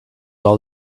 all